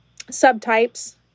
subtypes